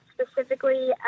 specifically